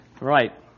Right